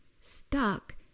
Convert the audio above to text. stuck